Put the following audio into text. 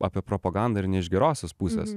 apie propagandą ir ne iš gerosios pusės